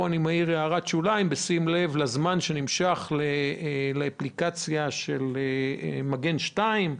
פה אני מעיר הערת שוליים: בשים לב לזמן שנמשך עם האפליקציה של מגן 2,